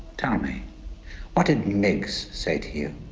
tell me what did miggs say to you?